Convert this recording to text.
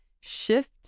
shift